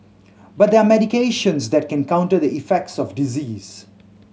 but there are medications that can counter the effects of disease